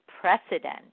precedent